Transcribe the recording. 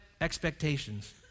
expectations